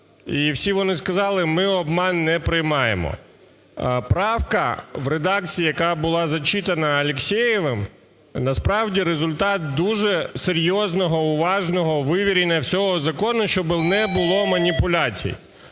І всі вони сказали: "Ми обман не приймаємо". Правка в редакції, яка була зачитана Алєксєєвим, – насправді, результат дуже серйозного, уважного вивірення всього закону, щоб не було маніпуляцій.